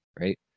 right